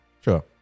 sure